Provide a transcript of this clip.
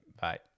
Bye